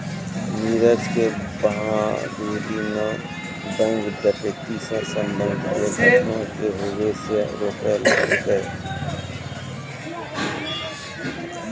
नीरज के बहादूरी न बैंक डकैती से संबंधित एक घटना के होबे से रोक लेलकै